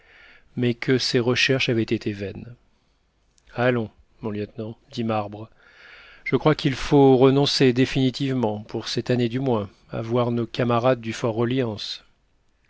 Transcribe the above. mais que ses recherches avaient été vaines allons mon lieutenant dit marbre je crois qu'il faut renoncer définitivement pour cette année du moins à voir nos camarades du